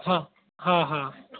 हां हां हां